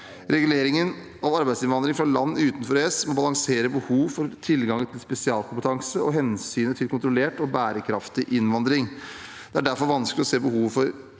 Reguleringen av arbeidsinnvandrere fra land utenfor EØS vil balansere behov for tilgang til spesialkompetanse og hensynet til kontrollert og bærekraftig innvandring. Det er derfor vanskelig å se behovet for